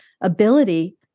ability